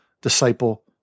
disciple